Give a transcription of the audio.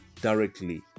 directly